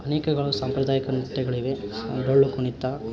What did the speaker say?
ಅನೇಕಗಳು ಸಾಂಪ್ರದಾಯಿಕ ನೃತ್ಯಗಳಿವೆ ಡೊಳ್ಳುಕುಣಿತ